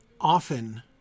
Often